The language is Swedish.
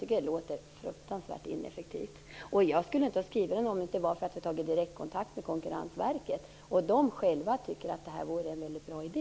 Det låter fruktansvärt ineffektivt. Jag skulle inte ha skrivit reservationen om jag inte hade tagit direktkontakt med Konkurrensverket som tycker att det är en väldigt bra idé.